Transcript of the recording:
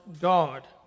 God